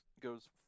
goes